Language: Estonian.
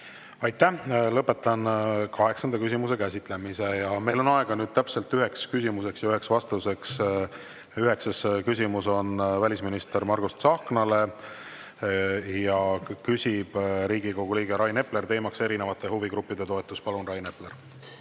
Aitäh! Lõpetan kaheksanda küsimuse käsitlemise. Meil on nüüd aega täpselt üheks küsimuseks ja üheks vastuseks. Üheksas küsimus on välisminister Margus Tsahknale, küsib Riigikogu liige Rain Epler ja teema on erinevate huvigruppide toetus. Palun, Rain Epler!